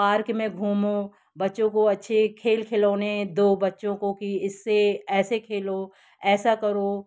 park में घूमों बच्चो को अच्छे खेल खिलौने दो बच्चों को की इससे ऐसे खेलो ऐसा करो